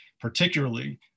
particularly